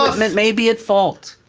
may be at fault.